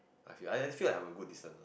I feel I feel like I'm a good listener